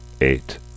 eight